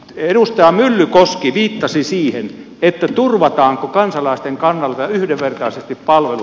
edustaja myllykoski viittasi siihen turvataanko kansalaisten kannalta yhdenvertaisesti palvelut